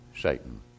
Satan